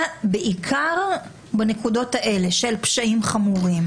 בעיקר בנקודות האלה של פשעים חמורים,